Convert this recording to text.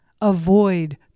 Avoid